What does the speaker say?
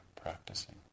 practicing